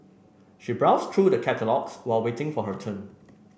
she browsed through the catalogues while waiting for her turn